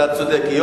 אתה צודק.